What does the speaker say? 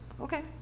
Okay